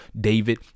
David